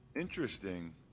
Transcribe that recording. interesting